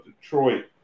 Detroit